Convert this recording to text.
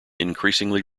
increasingly